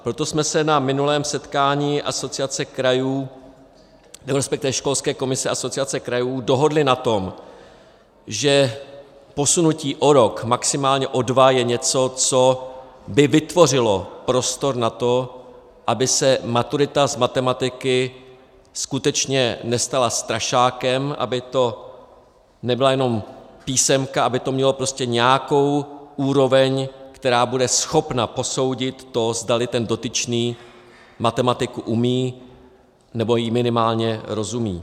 Proto jsme se na minulém setkání školské komise Asociace krajů dohodli na tom, že posunutí o rok, maximálně o dva je něco, co by vytvořilo prostor na to, aby se maturita z matematiky skutečně nestala strašákem, aby to nebyla jenom písemka, aby to mělo prostě nějakou úroveň, která bude schopna posoudit to, zdali ten dotyčný matematiku umí, nebo jí minimálně rozumí.